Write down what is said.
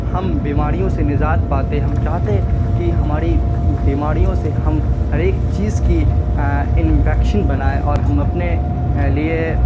ہم بیماریوں سے نجات پاتے ہم چاہتے کہ ہماری بیماریوں سے ہم ہر ایک چیز کی انویکشن بنائے اور ہم اپنے لیے